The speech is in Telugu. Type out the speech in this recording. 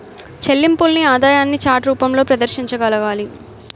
చెల్లింపుల్ని ఆదాయాన్ని చార్ట్ రూపంలో ప్రదర్శించగలగాలి